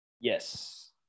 yes